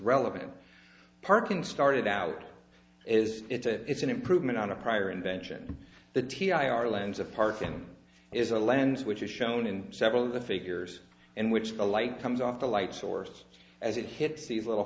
relevant parking started out is it's a it's an improvement on a prior invention the t d i are lands of park and is a land which is shown in several of the figures in which the light comes off the light source as it hits the little